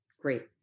Great